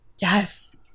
yes